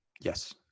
Yes